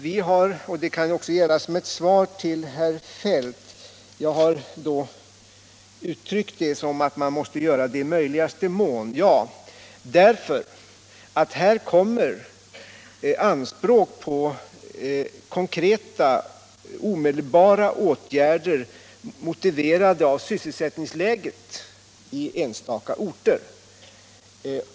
Jag har — och det kan också gälla som ett svar till herr Feldt — uttryckt mig så att en sådan åtgärd måste genomföras i möjligaste mån. Anledningen härtill är att det framförs anspråk på konkreta omedelbara åtgärder, motiverade av sysselsättningsläget på enstaka orter.